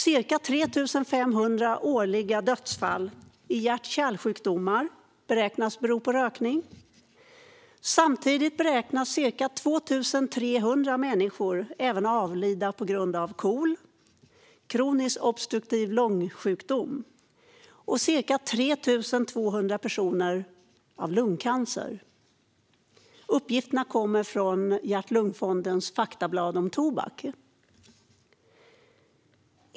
Ca 3 500 dödsfall i hjärt-kärlsjukdomar beräknas årligen bero på rökning. Samtidigt beräknas varje år även ca 2 300 människor avlida på grund av KOL, kroniskt obstruktiv lungsjukdom, och ungefär 3 200 personer av lungcancer. Uppgifterna kommer från Hjärt-Lungfondens faktablad om tobak.